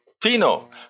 Pino